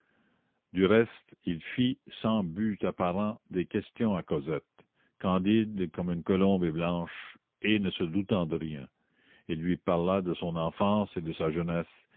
du reste il fit sans but apparent des questions à cosette candide comme une colombe est blanche et ne se doutant de rien il lui parla de son enfance et de sa jeunesse